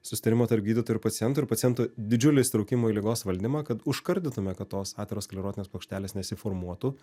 susitarimo tarp gydytojų ir pacientų ir pacientų didžiulio įsitraukimo į ligos valdymą kad užkardytume kad tos aterosklerotinės plokštelės nesiformuotų